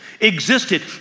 Existed